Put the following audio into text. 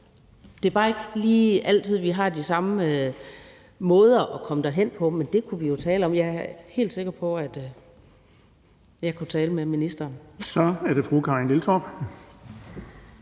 Det er bare ikke lige altid, vi har de samme måder at komme derhen på, men det kunne vi jo tale om. Jeg er helt sikker på, at jeg kunne tale med ministeren. Kl. 19:18 Den fg.